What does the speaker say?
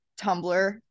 tumblr